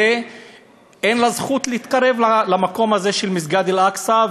אין לה זכות להתקרב למקום הזה, מסגד אל-אקצה.